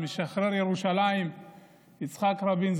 משחרר ירושלים יצחק רבין,